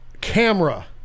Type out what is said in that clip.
camera